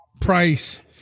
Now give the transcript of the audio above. price